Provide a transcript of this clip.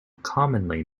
commonly